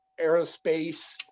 aerospace